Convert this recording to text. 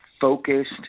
focused